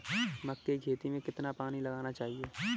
मक्के की खेती में कितना पानी लगाना चाहिए?